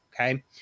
Okay